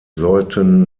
sollten